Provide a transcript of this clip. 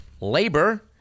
labor